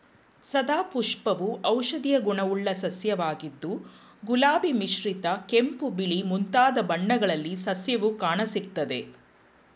ಸದಾಪುಷ್ಪವು ಔಷಧೀಯ ಗುಣವುಳ್ಳ ಸಸ್ಯವಾಗಿದ್ದು ಗುಲಾಬಿ ಮಿಶ್ರಿತ ಕೆಂಪು ಬಿಳಿ ಮುಂತಾದ ಬಣ್ಣಗಳಲ್ಲಿ ಸಸ್ಯವು ಕಾಣಸಿಗ್ತದೆ